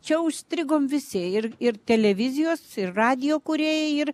čia užstrigome visi ir ir televizijos ir radijo kūrėjai ir